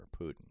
Putin